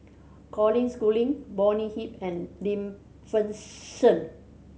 Colin Schooling Bonny Hicks and Lim Fei Shen